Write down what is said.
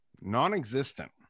non-existent